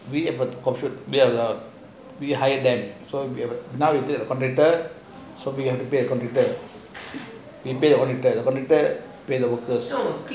we have a we have the we hire them so got the computer we pay the workers